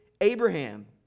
Abraham